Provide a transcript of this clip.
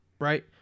right